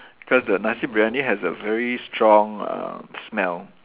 cause the nasi-biryani has a very strong uh smell